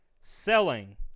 selling